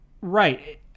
right